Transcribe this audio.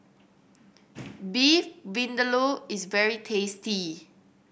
Beef Vindaloo is very tasty